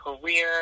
career